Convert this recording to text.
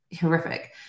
horrific